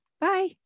Bye